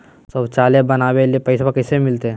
शौचालय बनावे ले पैसबा कैसे मिलते?